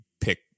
pick